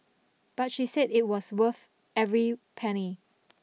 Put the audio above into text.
but she said it was worth every penny